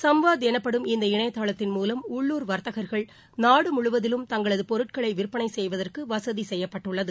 சம்வாத் எனப்படும் இந்த இணையதளத்தின் மூலம் உள்ளூர் வர்த்தகர்கள் நாடு முழுவதிலும் தங்களது பொருட்களை விற்பனை செய்வதற்கு வசதி செய்யப்பட்டுள்ளது